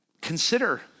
consider